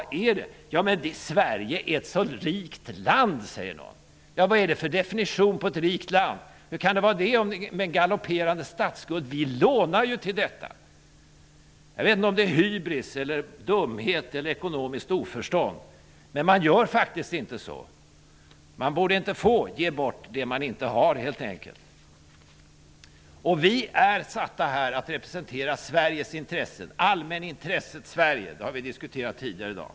Sverige är ett så rikt land, säger någon. Vad är det för definition på ett rikt land? Hur kan det vara rikt med en galopperande statsskuld? Vi lånar ju till detta! Jag vet inte om det handlar om hybris, dumhet eller ekonomiskt oförstånd. Man gör faktiskt inte så. Man borde inte få ge bort det man inte har, helt enkelt. Vi är satta här att representera Sveriges intressen, allmänintresset Sverige. Det har vi diskuterat tidigare i dag.